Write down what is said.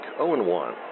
0-1